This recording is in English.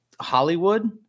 Hollywood